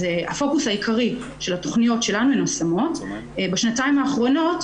אז הפוקוס העיקרי של התכניות שלנו הן השמות בשנתיים האחרונות,